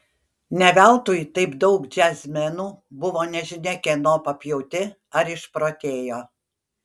ne veltui taip daug džiazmenų buvo nežinia kieno papjauti ar išprotėjo